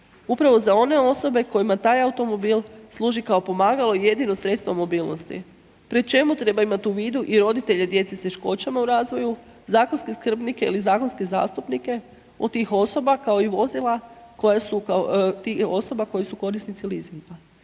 upravo za one osobe kojima taj automobil služi kao pomagalo i jedno sredstvo mobilnosti pri čemu treba imati u vidu i roditelje djece s teškoćama u razvoju, zakonske skrbnike ili zakonske zastupnike od tih osoba koje su korisnici leasinga.